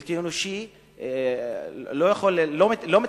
ובלתי אנושי ולא מתקבל,